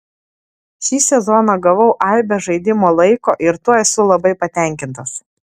šį sezoną gavau aibę žaidimo laiko ir tuo esu labai patenkintas